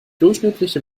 durchschnittliche